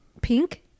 pink